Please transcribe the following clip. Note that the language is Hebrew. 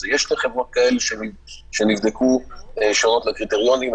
יש חברות כאלה שנבדקו, שעונות לקריטריונים.